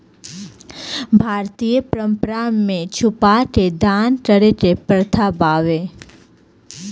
भारतीय परंपरा में छुपा के दान करे के प्रथा बावे